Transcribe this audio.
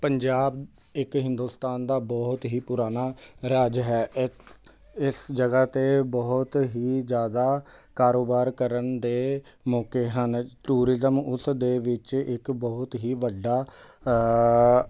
ਪੰਜਾਬ ਇੱਕ ਹਿੰਦੁਸਤਾਨ ਦਾ ਬਹੁਤ ਹੀ ਪੁਰਾਣਾ ਰਾਜ ਹੈ ਇਸ ਜਗ੍ਹਾ 'ਤੇ ਬਹੁਤ ਹੀ ਜ਼ਿਆਦਾ ਕਾਰੋਬਾਰ ਕਰਨ ਦੇ ਮੌਕੇ ਹਨ ਟੂਰਿਜ਼ਮ ਉਸ ਦੇ ਵਿੱਚ ਇੱਕ ਬਹੁਤ ਹੀ ਵੱਡਾ